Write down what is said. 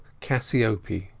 Cassiope